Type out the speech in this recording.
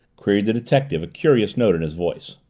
queried the detective, a curious note in his voice.